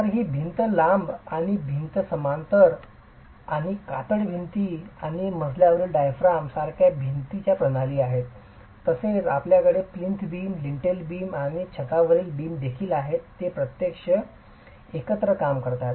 तर ही भिंती लंब आणि भिंती समांतर भिंती आणि कातळ भिंती आणि मजल्यावरील डायाफ्राम सारख्या भिंतींच्या प्रणाली आहेत तसेच आपल्याकडे प्लिंथ बीम लिंटेल बीम आणि छतावरील बीम देखील आहेत जे प्रत्यक्षात एकत्र काम करत आहेत